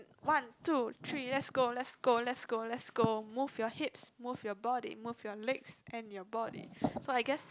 one two three let's go let's go let's go let's go move your hips move your body move your legs and your body so I guess